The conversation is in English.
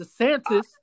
DeSantis